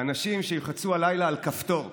האנשים שילחצו הלילה על כפתור,